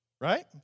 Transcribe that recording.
right